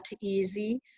easy